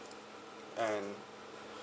and